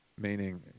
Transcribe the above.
Meaning